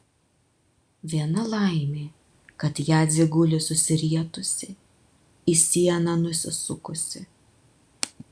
viena laimė kad jadzė guli susirietusi į sieną nusisukusi